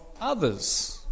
others